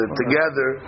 together